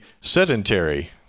sedentary